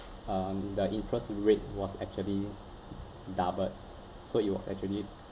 um the interest rate was actually doubled so it was actually